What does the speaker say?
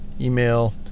email